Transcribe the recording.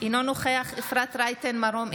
אינו נוכח אפרת רייטן מרום,